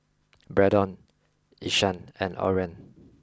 Braedon Ishaan and Oren